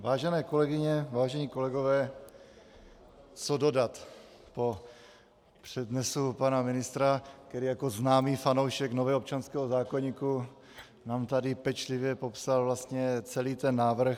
Vážené kolegyně, vážení kolegové, co dodat po přednesu pana ministra, který jako známý fanoušek nového občanského zákoníku nám tady pečlivě popsal celý ten návrh?